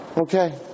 Okay